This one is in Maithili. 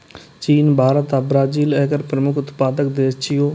चीन, भारत आ ब्राजील एकर प्रमुख उत्पादक देश छियै